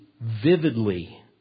vividly